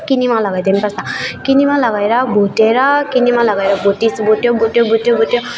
किनिमा लगाइदिनुपर्छ किनिमा लगाएर भुटेर किनिमा लगाएर भुटी भुट्यो भुट्यो भुट्यो भुट्यो